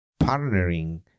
partnering